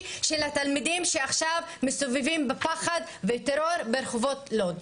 של התלמידים שעכשיו מסתובבים בפחד וטרור ברחובות לוד.